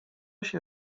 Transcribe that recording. się